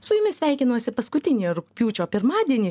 su jumis sveikinuosi paskutinį rugpjūčio pirmadienį